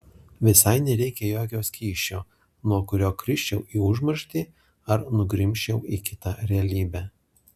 visai nereikia jokio skysčio nuo kurio krisčiau į užmarštį ar nugrimzčiau į kitą realybę